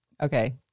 Okay